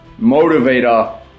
motivator